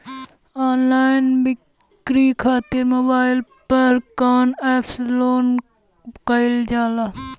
Online बिक्री खातिर mobile पर कवना एप्स लोन कईल जाला?